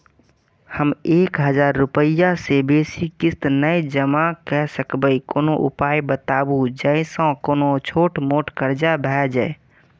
हम एक हजार रूपया से बेसी किस्त नय जमा के सकबे कोनो उपाय बताबु जै से कोनो छोट मोट कर्जा भे जै?